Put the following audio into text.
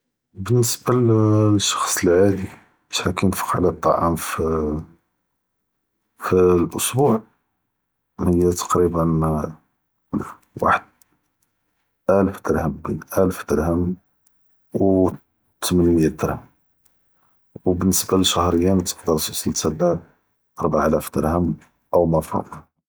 באלניסבה לשרס אלעאדי, שחל כיינפ’ק עלא אלטע’אם פ אסבוע, היא תכריבא וחד אלף דרהם בין אלף דרהם ותמנמיה דרהם, ו בניסבה לשהריה תقدر תוסל חתה לארבעה אלף דרהם.